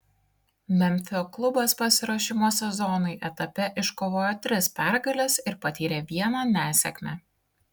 memfio klubas pasiruošimo sezonui etape iškovojo tris pergales ir patyrė vieną nesėkmę